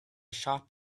shop